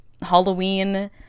Halloween